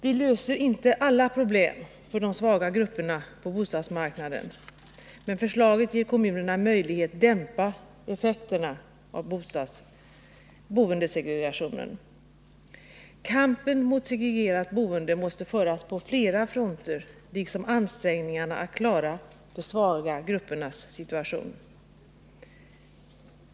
Vi löser inte alla problem för de svaga grupperna på bostadsmarknaden med detta förslag, men det ger kommunerna möjlighet att dämpa effekterna av boendesegregationen. Kampen mot segregerat boende måste föras på flera fronter liksom ansträngningarna att klara de svaga gruppernas situation.